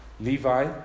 Levi